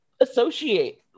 associate